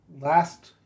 last